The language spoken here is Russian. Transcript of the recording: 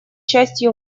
частью